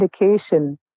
indication